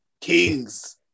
Kings